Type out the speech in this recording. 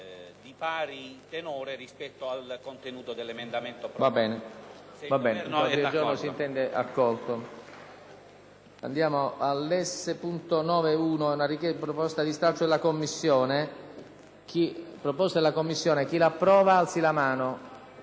di pari tenore rispetto al contenuto del provvedimento.